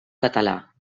català